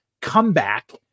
comeback